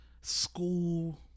school